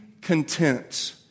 content